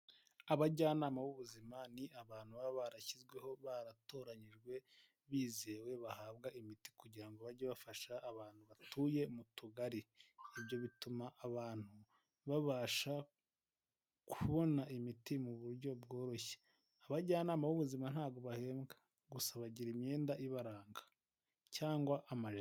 Abajyanama b'ubuzima ni abantu baba barashyizweho baratoranyijwe bizewe bahabwa imiti kugira ngo bajye bafasha abantu batuye mu tugari, ibyo bituma abantu babasha kubona imiti mu buryo bworoshye. Abajyanama b'ubuzima ntabwo bahembwa gusa bagira imyenda ibaranga cyangwa amajire.